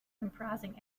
comprising